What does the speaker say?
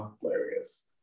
hilarious